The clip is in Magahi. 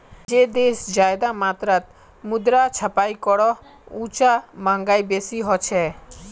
जे देश ज्यादा मात्रात मुद्रा छपाई करोह उछां महगाई बेसी होछे